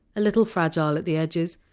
a little fragile at the edges,